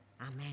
Amen